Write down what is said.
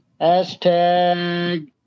Hashtag